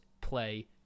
play